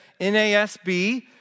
NASB